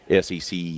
SEC